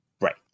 Right